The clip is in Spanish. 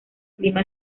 clima